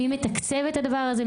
מי מתקצב את הדבר הזה,